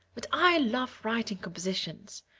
but i love writing compositions.